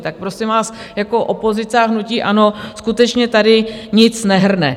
Tak prosím vás, jako opozice a hnutí ANO skutečně tady nic nehrne.